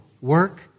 Work